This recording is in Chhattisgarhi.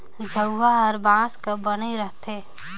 झउहा हर बांस कर बइन रहथे